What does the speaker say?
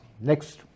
next